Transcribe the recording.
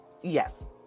yes